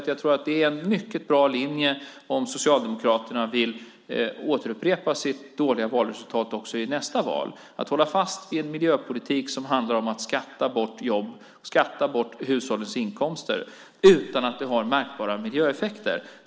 Jag tror att det är en bra linje, om Socialdemokraterna vill upprepa sitt dåliga valresultat i nästa val, att hålla fast vid en miljöpolitik som handlar om att skatta bort jobb, skatta bort hushållens inkomster utan att det har några märkbara miljöeffekter.